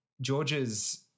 George's